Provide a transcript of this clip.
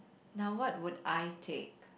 now what would I take